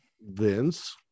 Vince